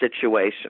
situation